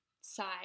side